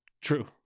true